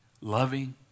Loving